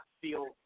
feel